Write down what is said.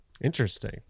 interesting